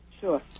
Sure